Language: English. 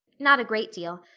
not a great deal.